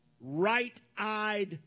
right-eyed